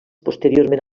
posteriorment